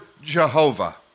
Jehovah